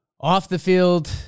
off-the-field